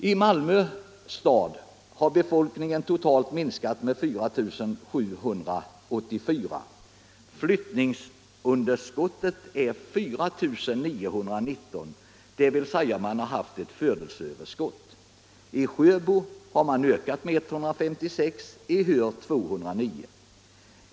I Malmö stad har befolkningen totalt minskat med 4 784 personer. Flyttningsunderskottet är 4 919, dvs. man har haft ett födelseöverskott. I Sjöbo har man ökat med 156, i Höör med 209.